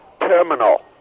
Terminal